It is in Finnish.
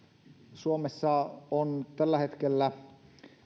suomessa on tällä hetkellä